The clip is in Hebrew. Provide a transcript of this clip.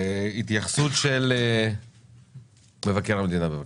התייחסות של מבקר המדינה, בבקשה,